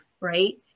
right